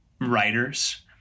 writers—